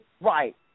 Right